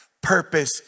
Purpose